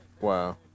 Wow